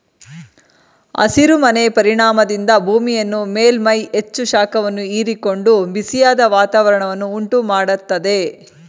ಹಸಿರು ಮನೆ ಪರಿಣಾಮದಿಂದ ಭೂಮಿಯ ಮೇಲ್ಮೈ ಹೆಚ್ಚು ಶಾಖವನ್ನು ಹೀರಿಕೊಂಡು ಬಿಸಿಯಾದ ವಾತಾವರಣವನ್ನು ಉಂಟು ಮಾಡತ್ತದೆ